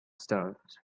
stones